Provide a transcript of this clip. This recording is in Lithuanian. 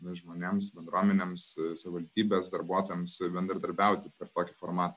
žmonėms bendruomenėms savivaldybės darbuotojams bendradarbiauti per tokį formatą